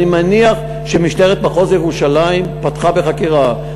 אני מניח שמשטרת מחוז ירושלים פתחה בחקירה,